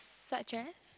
such as